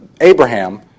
Abraham